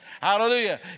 Hallelujah